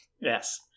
Yes